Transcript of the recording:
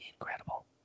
incredible